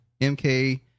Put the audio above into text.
MK